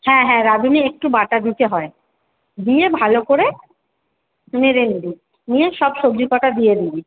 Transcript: হ্যাঁ হ্যাঁ রাঁধুনি একটু বাটা দিতে হয় দিয়ে ভালো করে নেড়ে নিবি নিয়ে সব সবজি কটা দিয়ে দিবি